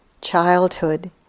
childhood